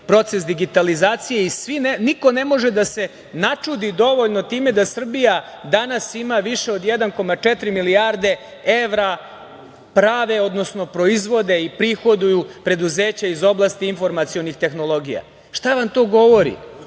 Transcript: proces digitalizacije i niko ne može da se načudi dovoljno time da Srbija danas ima više od 1,4 milijarde evra prave, odnosno proizvode i prihoduju preduzeće iz oblasti informacionih tehnologija. Šta vam to govori,